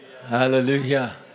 Hallelujah